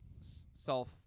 self